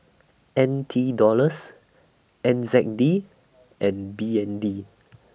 N T Dollars N Z D and B N D